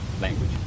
language